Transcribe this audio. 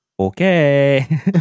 Okay